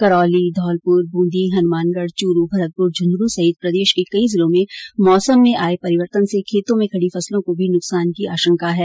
करौली धौलपुर ब्रंदी हनुमानगढ़ च्रू भरतपुर झुंझुनू सहित प्रदेश के कई जिलों में मौसम में आये परिवर्तन से खेतों के खड़ी फसलों को भी नुकसान की आशंका है